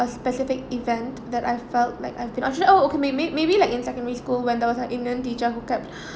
a specific event that I felt like I've been oh shit oh okay may~ may~ may~ maybe like in secondary school when there was a indian teacher who keep